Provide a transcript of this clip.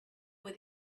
were